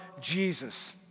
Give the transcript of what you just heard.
Jesus